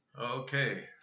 Okay